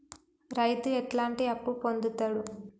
రైతు ఎట్లాంటి అప్పు పొందుతడు?